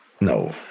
No